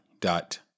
dot